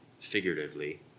figuratively